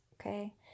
Okay